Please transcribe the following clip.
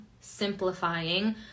simplifying